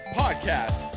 podcast